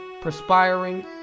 perspiring